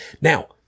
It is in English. Now